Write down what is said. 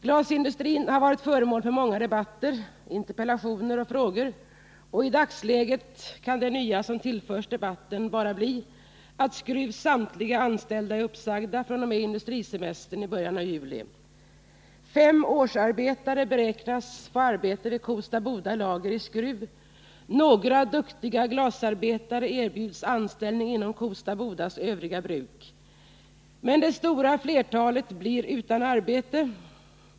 Glasindustrin har varit föremål för många debatter, interpellationer och frågor, och i dagsläget kan det nya som tillförs debatten bara bli, att Skruvs samtliga anställda är uppsagda fr.o.m. industrisemestern i början av juli. Fem årsarbetare beräknas få arbete vid Kosta Bodas lager i Skruv. Några duktiga glasarbetare erbjuds anställning inom Kosta Bodas övriga bruk, men det stora flertalet blir utan arbete.